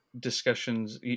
discussions